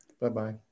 bye-bye